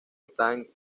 están